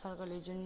सरकारले जुन